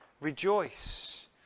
rejoice